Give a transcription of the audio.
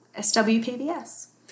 SWPBS